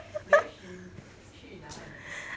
then she 去哪里